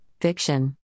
Fiction